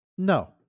No